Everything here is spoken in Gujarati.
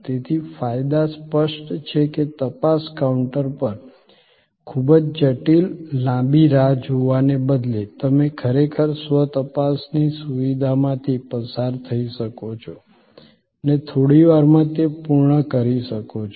તેથી ફાયદા સ્પષ્ટ છે કે તપાસ કાઉન્ટર પર ખૂબ જ જટિલ લાંબી રાહ જોવાને બદલે તમે ખરેખર સ્વ તપાસની સુવિધામાંથી પસાર થઈ શકો છો અને થોડીવારમાં તે પૂર્ણ કરી શકો છો